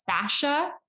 fascia